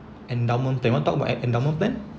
endowment plan wanna talk about endowment plan